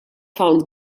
found